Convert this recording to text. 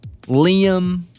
Liam